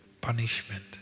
punishment